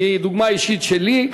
מדוגמה אישית שלי.